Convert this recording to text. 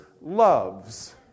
loves